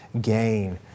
gain